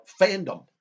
fandom